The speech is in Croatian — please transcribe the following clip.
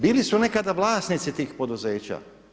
Bili su nekada vlasnici tih poduzeća.